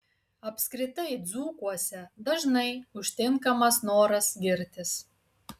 apskritai dzūkuose dažnai užtinkamas noras girtis